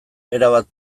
erabat